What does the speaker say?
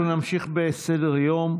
אנחנו נמשיך בסדר-היום,